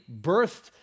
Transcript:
birthed